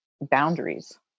boundaries